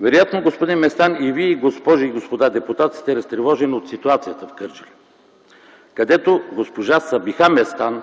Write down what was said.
Вероятно, господин Местан, и вие – госпожи и господа депутати, сте разтревожени от ситуацията в Кърджали, където госпожа Сабиха Местан